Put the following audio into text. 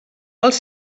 els